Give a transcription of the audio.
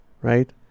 right